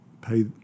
pay